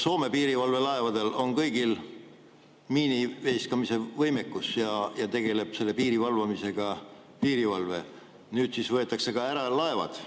Soome piirivalvelaevadel on kõigil miiniveeskamise võimekus ja tegeleb selle piiri valvamisega piirivalve. Nüüd siis võetakse ka ära laevad.